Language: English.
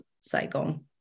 cycle